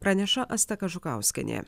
praneša asta kažukauskienė